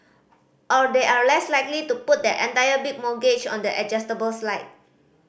or they are less likely to put their entire big mortgage on the adjustable side